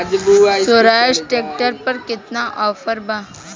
सोहराज tractor पर केतना offer बा?